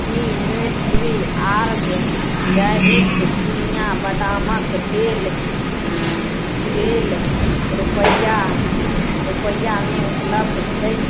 कि न्यूट्रीऑर्ग जैविक चिनिआ बदामके तेल तेल रुपैआ रुपैआमे उपलब्ध छै